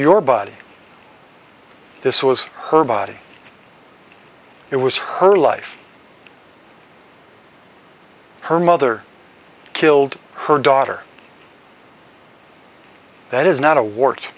your body this was her body it was her life her mother killed her daughter that is not a war